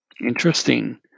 Interesting